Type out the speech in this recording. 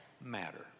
matter